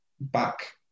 back